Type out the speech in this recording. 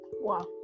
Wow